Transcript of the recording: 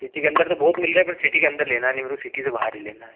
city के अंदर तो बहुत मिल रहे पर सिटी के अंदर लेना नहीं मेरे को सिटी से बाहर ही लेना है